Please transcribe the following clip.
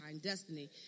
destiny